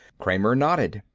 kramer nodded.